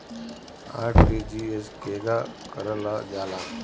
RTGS केगा करलऽ जाला?